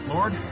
Lord